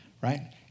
right